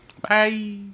Bye